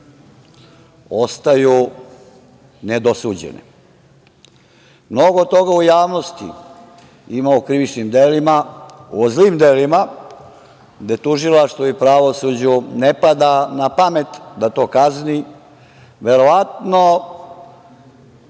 ostaju nedosuđene. Mnogo toga u javnosti ima u krivičnim delima, u zlim delima, gde tužilaštvu i pravosuđu ne pada na pamet da to kazni. Verovatno